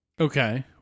Okay